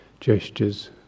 gestures